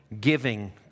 giving